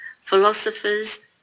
philosophers